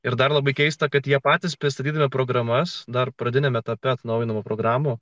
ir dar labai keista kad jie patys pristatydami programas dar pradiniame etape atnaujinamų programų